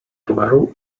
towaru